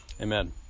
Amen